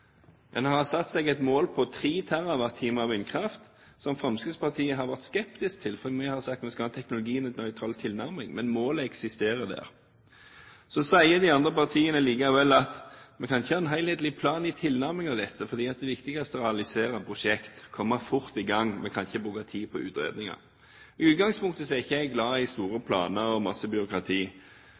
har satt seg et mål om 3 TWh vindkraft, som Fremskrittspartiet har vært skeptisk til, for vi har sagt at vi skal ha en teknologinøytral tilnærming, men målet eksisterer. Så sier likevel de andre partiene at vi kan ikke ha en helhetlig plan i tilnærmingen av dette, for det viktigste er å realisere prosjekter, komme fort i gang, og vi kan ikke bruke tid på utredninger. I utgangspunktet er ikke jeg glad i store planer og mye byråkrati.